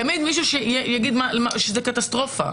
תמיד יהיה מישהו שיגיד שזה קטסטרופה.